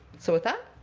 so with that,